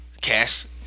cast